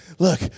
Look